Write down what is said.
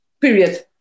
period